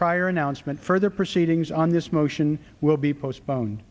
prior announcement further proceedings on this motion will be postpone